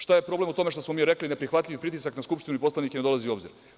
Šta je problem u tome što smo mi rekli neprihvatljiv pritisak na Skupštinu i poslanike, ne dolazi u obzir.